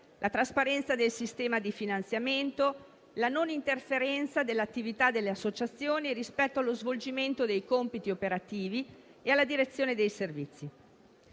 la trasparenza del sistema di finanziamento, la non interferenza dell'attività delle associazioni rispetto allo svolgimento dei compiti operativi e alla direzione dei servizi.